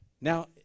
Now